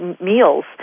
meals